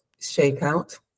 shakeout